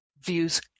views